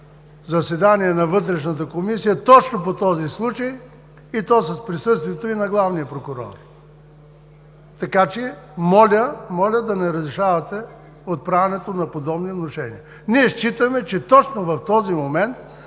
заседание на Вътрешната комисия точно по този случай, и то с присъствието и на главния прокурор? Моля да не разрешавате отправянето на подобни внушения. Ние считаме, че точно в този момент